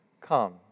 Come